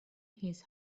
his